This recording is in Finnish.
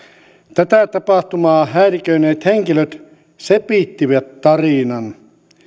tätä tapahtumaa häiriköineet henkilöt sepittivät tarinan